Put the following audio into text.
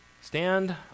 stand